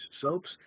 soaps